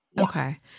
Okay